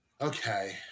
okay